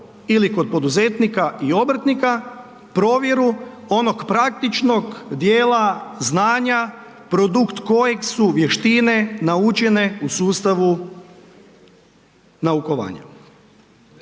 ili kod poduzetnika i obrtnika, provjeru onog praktičnog djela znanja produkt kojeg su vještine naučene u sustavu naukovanja.